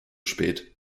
spät